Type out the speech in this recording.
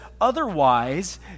...otherwise